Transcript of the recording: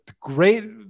great